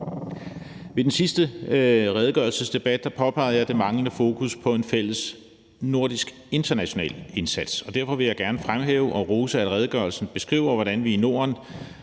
Ved den sidste redegørelsesdebat påpegede jeg det manglende fokus på en fælles nordisk international indsats, og derfor vil jeg gerne fremhæve og rose, at redegørelsen beskriver, hvordan vi i Norden